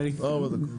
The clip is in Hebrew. ארבע דקות.